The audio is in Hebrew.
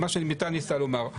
אולי מה שמיטל ניסתה לומר.